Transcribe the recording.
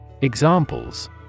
Examples